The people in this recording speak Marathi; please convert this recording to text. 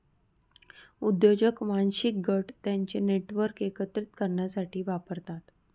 उद्योजक वांशिक गट त्यांचे नेटवर्क एकत्रित करण्यासाठी वापरतात